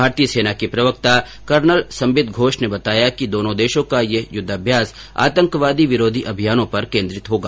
भारतीय सेना के प्रवक्ता कर्नल संबित घोष ने बताया कि दोनों देशों का यह युद्धाभ्यास आतंकवादी विरोधी अभियानों पर केन्द्रित होगा